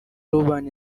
w’ububanyi